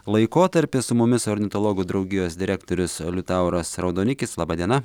laikotarpį su mumis ornitologų draugijos direktorius liutauras raudonikis laba diena